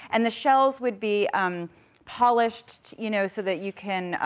and the shells would be um polished, you know, so that you can,